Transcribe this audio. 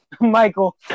Michael